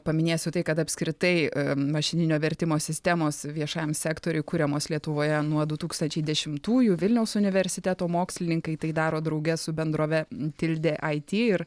paminėsiu tai kad apskritai mašininio vertimo sistemos viešajam sektoriui kuriamos lietuvoje nuo du tūkstančiai dešimtųjų vilniaus universiteto mokslininkai tai daro drauge su bendrove tildė ai ty ir